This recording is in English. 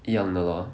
一样的 lor